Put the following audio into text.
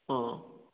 ꯑꯥ